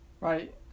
right